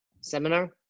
seminar